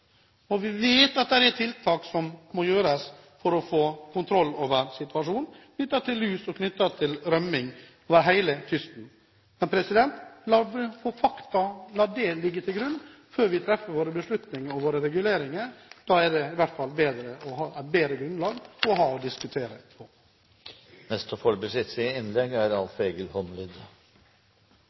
og vi vet at det er tiltak som må settes i verk for å få kontroll over situasjonen knyttet til lus og til rømning over hele kysten. La oss få fakta, og la det ligge til grunn før vi treffer våre beslutninger om reguleringer. Da har vi i hvert fall et bedre grunnlag å diskutere ut fra. Eg har jobba med forsking i heile mitt liv, så eg er van med å ha med fakta å